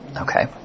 Okay